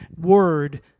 word